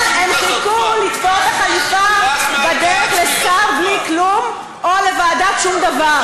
אבל הם חיכו לתפור את החליפה בדרך לשר בלי כלום או לוועדת שום דבר.